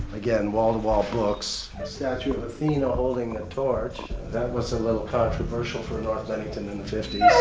again wall-to-wall books. a statue of athena holding a torch, that was a little controversial for north bennington in the fifty